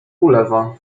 ulewa